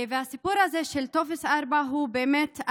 הסיפור הזה של טופס 4 הוא באמת,